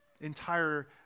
entire